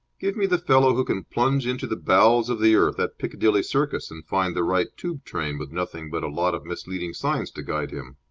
give me the fellow who can plunge into the bowels of the earth at piccadilly circus and find the right tube train with nothing but a lot of misleading signs to guide him.